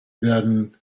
werden